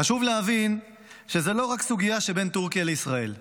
חשוב להבין שזו לא רק סוגיה שבין טורקיה לישראל.